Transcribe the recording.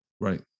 Right